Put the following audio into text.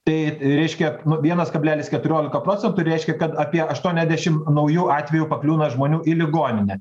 tai reiškia vienas kablelis keturiolika procentų reiškia kad apie aštuoniasdešim naujų atvejų pakliūna žmonių į ligoninę